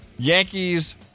Yankees